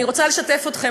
אני רוצה לשתף אתכם,